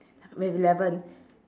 we have eleven